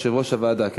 יושב-ראש הוועדה כן,